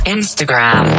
Instagram